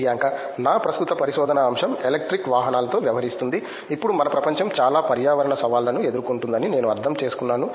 ప్రియాంక నా ప్రస్తుత పరిశోధన అంశం ఎలక్ట్రిక్ వాహనాలతో వ్యవహరిస్తుంది ఇప్పుడు మన ప్రపంచం చాలా పర్యావరణ సవాళ్లను ఎదుర్కొంటుందని నేను అర్థం చేసుకున్నాను